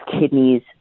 kidneys